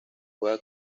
juega